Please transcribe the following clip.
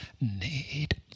need